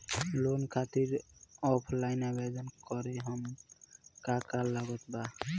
Loan खातिर offline आवेदन करे म का का लागत बा?